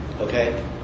Okay